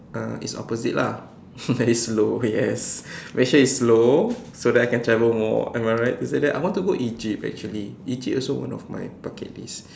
uh it's opposite lah very slow yes make sure it's slow so that I can travel more am I right to say that I want to go Egypt actually Egypt also one of my bucket list